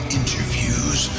interviews